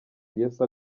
yesu